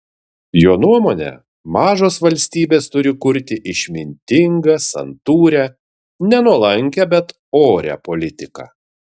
jo nuomone mažos valstybės turi kurti išmintingą santūrią ne nuolankią bet orią politiką